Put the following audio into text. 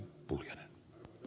puhemies